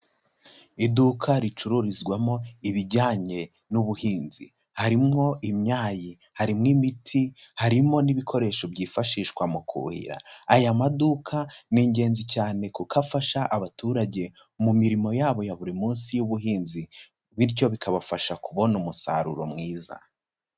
Iduka ricururizwamo ibijyanye n'ubuhinzi. Harimwo imyayi, harimo imiti, harimo n'ibikoresho byifashishwa mu kuhira. Aya maduka ni ingenzi cyane kuko afasha abaturage mu mirimo yabo ya buri munsi y'ubuhinzi, bityo bikabafasha kubona umusaruro mwiza.